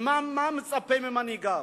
מה הוא מצפה ממנהיגיו?